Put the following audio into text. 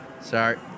Sorry